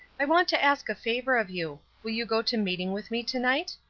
i want to ask a favor of you. will you go to meeting with me to-night?